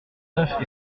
neuf